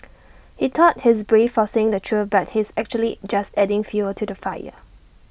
he thought he's brave for saying the truth but he's actually just adding fuel to the fire